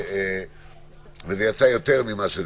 וזה יצא יותר.